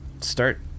start